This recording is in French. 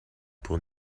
pour